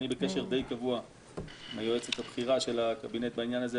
אני בקשר די קבוע עם היועצת הבכירה של הקבינט בעניין הזה.